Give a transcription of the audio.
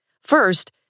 First